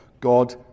God